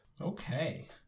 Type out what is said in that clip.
Okay